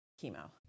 chemo